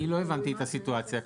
אני לא הבנתי את הסיטואציה כך.